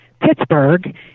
Pittsburgh